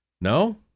No